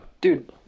Dude